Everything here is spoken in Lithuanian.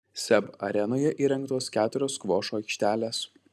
seb arenoje įrengtos keturios skvošo aikštelės